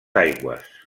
aigües